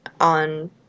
on